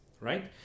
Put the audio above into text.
right